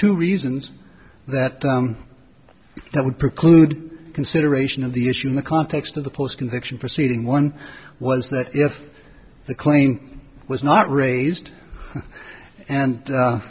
two reasons that that would preclude consideration of the issue in the context of the post conviction proceeding one was that if the claim was not raised and